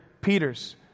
Peter's